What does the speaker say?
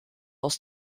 aus